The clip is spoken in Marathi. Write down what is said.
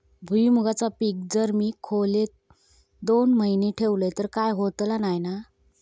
भुईमूगाचा पीक जर मी खोलेत दोन महिने ठेवलंय तर काय होतला नाय ना?